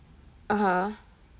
(uh huh)